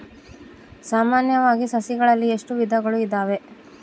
ಸಾಮಾನ್ಯವಾಗಿ ಸಸಿಗಳಲ್ಲಿ ಎಷ್ಟು ವಿಧಗಳು ಇದಾವೆ?